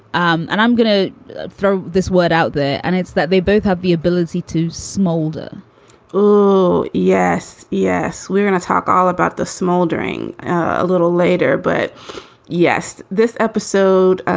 um and i'm going to throw this word out there. and it's that they both have the ability to smolder oh, yes. yes. we're going to talk all about the smoldering a little later. but yes, this episode,